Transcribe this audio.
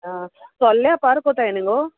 ताल्या कोरो कोत्ताय न्हू गो